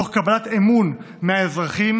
תוך קבלת אמון מהאזרחים,